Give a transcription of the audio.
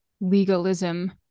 legalism